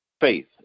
Faith